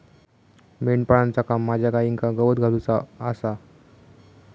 मेंढपाळाचा काम माझ्या गाईंका गवत घालुचा आसा